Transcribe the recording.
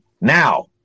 now